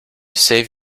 save